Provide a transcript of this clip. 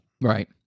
Right